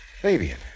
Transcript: Fabian